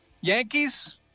yankees